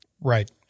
Right